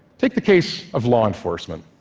take the case of law enforcement.